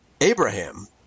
Abraham